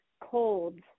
colds